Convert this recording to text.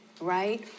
Right